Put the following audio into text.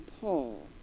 Paul